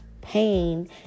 pain